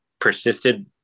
persisted